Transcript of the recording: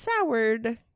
soured